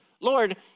Lord